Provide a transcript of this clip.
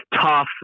tough